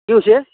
কি হৈছে